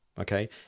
okay